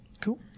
Cool